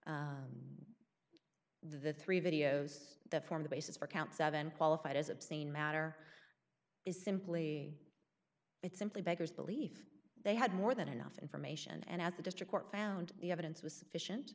fact the three videos that form the basis for count seven qualified as obscene matter is simply that simply beggars belief they had more than enough information and as a district court found the evidence was sufficient